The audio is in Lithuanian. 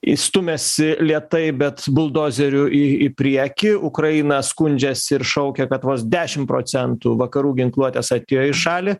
į stumiasi lėtai bet buldozeriu į į priekį ukraina skundžiasi ir šaukia kad vos dešim procentų vakarų ginkluotės atėjo į šalį